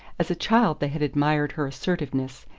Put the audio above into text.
as a child they had admired her assertiveness,